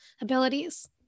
abilities